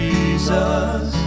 Jesus